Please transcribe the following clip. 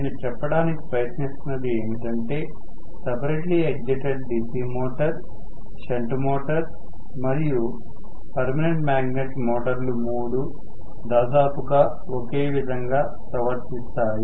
నేను చెప్పడానికి ప్రయత్నిస్తున్నది ఏమిటంటే separately excited DC motor shunt motor మరియు పర్మినెంట్ మ్యాగ్నెట్ మోటార్ లు మూడు దాదాపుగా ఒకే విధంగా వ్రవర్తిస్తాయి